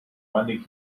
randy